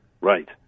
Right